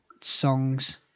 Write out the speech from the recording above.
songs